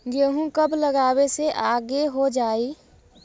गेहूं कब लगावे से आगे हो जाई?